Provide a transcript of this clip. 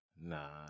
Nah